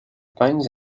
panes